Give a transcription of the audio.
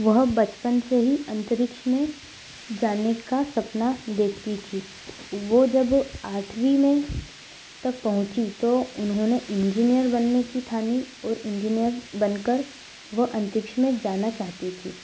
वह बचपन से ही अंतरिक्ष में जाने का सपना देखती थी वह जब आठवीं में तक पहुँची तो उन्होंने इंजीनियर बनने की ठानी और इंजीनियर बनकर वह अंतरिक्ष में जाना चाहती थी